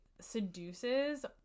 seduces